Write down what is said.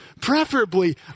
preferably